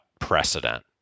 precedent